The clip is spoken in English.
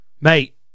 mate